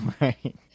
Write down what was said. Right